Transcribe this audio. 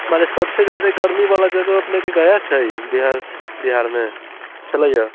माने सबसँ ज्यादे गरमीवला जगह अपनेके गया छै बिहार बिहारमे छलैए